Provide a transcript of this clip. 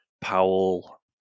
Powell